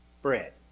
Bread